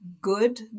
good